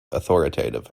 authoritative